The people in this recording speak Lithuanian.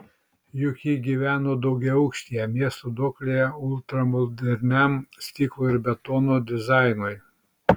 juk ji gyveno daugiaaukštyje miesto duoklėje ultramoderniam stiklo ir betono dizainui